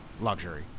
luxury